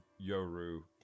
Yoru